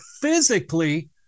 physically